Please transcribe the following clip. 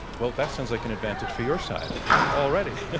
well, that sounds like an advantage for your side already.